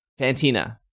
Fantina